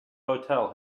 hotel